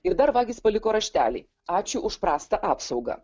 ir dar vagys paliko raštelį ačiū už prastą apsaugą